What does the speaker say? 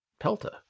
Pelta